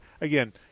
again